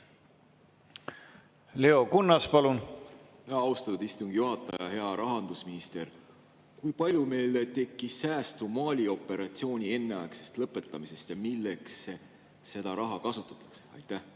Leo Kunnas, palun! Austatud istungi juhataja! Hea rahandusminister! Kui palju meil tekkis säästu Mali operatsiooni enneaegsest lõpetamisest ja milleks seda raha kasutatakse? Austatud